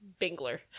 Bingler